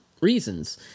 reasons